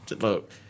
look